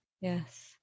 Yes